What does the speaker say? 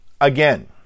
Again